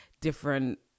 different